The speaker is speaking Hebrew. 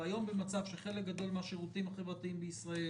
והיום במצב שחלק גדול מהשירותים החברתיים בישראל